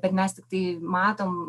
bet mes tiktai matom